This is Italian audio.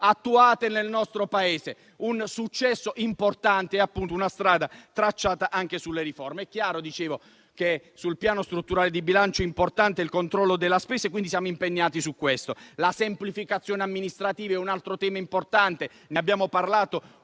attuate nel nostro Paese: è un successo importante e una strada tracciata anche sulle riforme. È chiaro che, sul piano strutturale di bilancio, sia importante il controllo della spesa, quindi siamo impegnati su questo. La semplificazione amministrativa è un altro tema importante. Ne abbiamo parlato